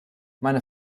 meine